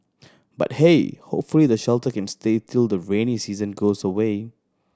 but hey hopefully the shelter can stay till the rainy season goes away